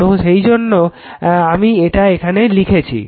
তো সেইজন্য আমি এটা এখানে লিখেছি